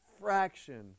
fraction